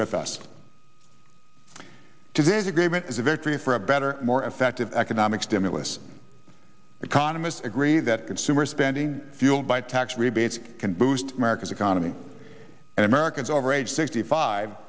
with us today is agreement is a victory for a better more effective economic stimulus economists agree that consumer spending fueled by tax rebates can boost america's economy and americans over age sixty five